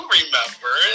remember